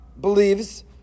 believes